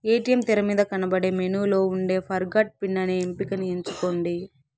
ATM తెరమీద కనబడే మెనూలో ఉండే ఫర్గొట్ పిన్ అనే ఎంపికని ఎంచుకోండి